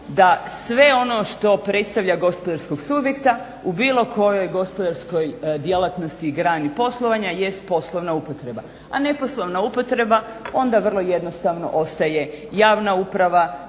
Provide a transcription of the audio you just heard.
da sve ono što predstavlja gospodarskog subjekta u bilo kojoj gospodarskoj djelatnosti i grani poslovanja jest poslovna upotreba. A neposlovna upotreba onda vrlo jednostavno ostaje javna uprava,